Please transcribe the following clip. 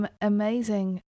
amazing